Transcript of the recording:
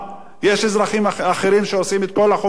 יש אזרחים אחרים שעושים את כל החובות שלהם,